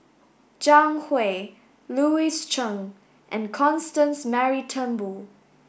Zhang Hui Louis Chen and Constance Mary Turnbull